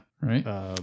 right